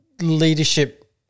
leadership